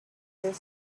death